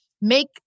make